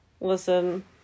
Listen